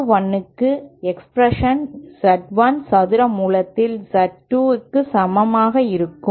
S 2 1 க்கான expression Z 1 சதுர மூலத்தில் Z 2 க்கு சமமாக இருக்கும்